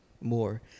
more